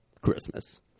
Christmas